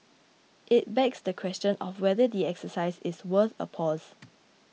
it begs the question of whether the exercise is worth a pause